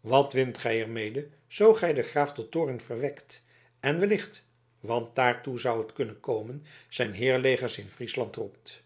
wat wint gij er mede zoo gij den graaf tot toorn verwekt en wellicht want daartoe zou het kunnen komen zijn heirlegers in friesland roept